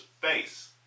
face